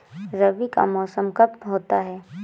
रबी का मौसम कब होता हैं?